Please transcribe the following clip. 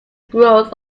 growth